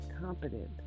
competent